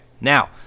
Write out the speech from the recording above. now